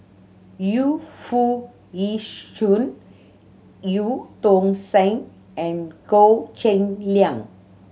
Yu Foo Yee Shoon Eu Tong Sen and Goh Cheng Liang